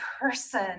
person